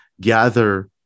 gather